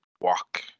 walk